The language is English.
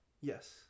yes